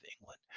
England